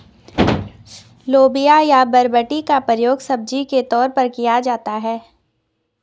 लोबिया या बरबटी का प्रयोग सब्जी के तौर पर किया जाता है